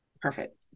Perfect